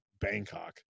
Bangkok